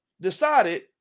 decided